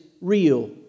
real